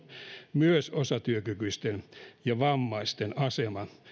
myös osatyökykyisten ja vammaisten aseman